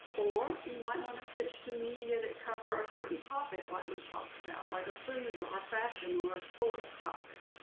or you might want to pitch to media that cover a certain topic like we talked about like a food, or a fashion, or a sports topic.